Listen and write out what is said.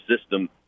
system